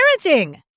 parenting